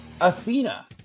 athena